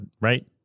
right